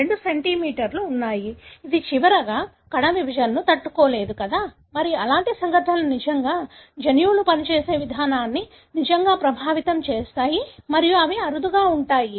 రెండు సెంట్రోమీర్లు ఉన్నాయి ఇది చివరిగా కణ విభజనను తట్టుకోలేదు కదా మరియు అలాంటి సంఘటనలు నిజంగా జన్యువులు పనిచేసే విధానాన్ని నిజంగా ప్రభావితం చేస్తాయి మరియు ఇవి అరుదుగా ఉంటాయి